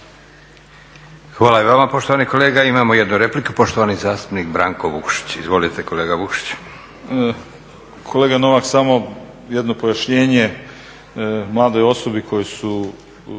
Hvala i vama poštovani kolega. Imamo jednu repliku poštovani zastupnik Branko Vukšić. Izvolite kolega Vukšić. **Vukšić, Branko (Nezavisni)** Kolega Novak samo jedno pojašnjenje, mladoj osobi kojoj su